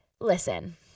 Listen